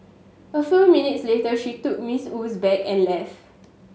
a few minutes later she took Miss Wu's bag and left